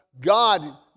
God